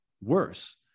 worse